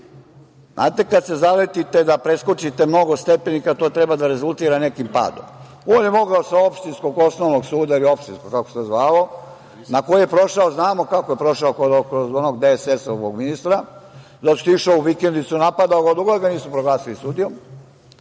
Znate, kada se zaletite da preskočite mnogo stepenika, to treba da rezultira nekim padom. On je mogao sa opštinskog osnovnog suda, opštinskog, kako se to zvalo, na koji je prošao, znamo kako je prošao krod onog DSS ministra zato što je išao u vikendicu, napadao ga dok god ga nisu proglasili sudijom,